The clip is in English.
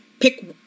Pick